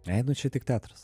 ai nu čia tik teatras